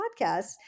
podcast